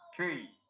three